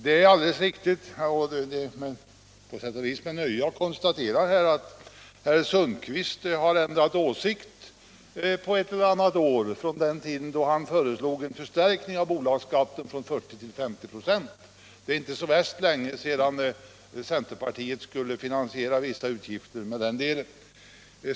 Det är alldeles riktigt, och det är på sätt och vis med nöje jag konstaterar att herr Sundkvist har ändrat åsikt på ett eller annat år från den tid då han föreslog en höjning av bolagsskatten från 40 till 50 926. Det är inte så värst länge sedan centerpartiet skulle finansiera en del föreslagna utgifter på det sättet.